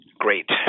Great